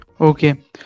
Okay